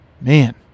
man